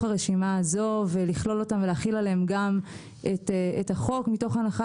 הרשימה הזו ולכלול אותם ולהחיל עליהם גם את החוק מתוך הנחה